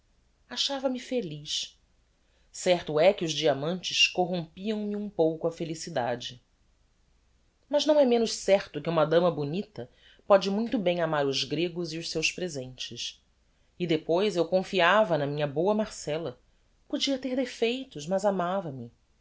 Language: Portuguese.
contrarias achava-me feliz certo é que os diamantes corrompiam me um pouco a felicidade mas não é menos certo que uma dama bonita pode muito bem amar os gregos e os seus presentes e depois eu confiava na minha boa marcella podia ter defeitos mas amava-me